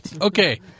Okay